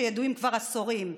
שידועים כבר עשורים,